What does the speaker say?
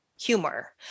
humor